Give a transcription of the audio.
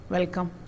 Welcome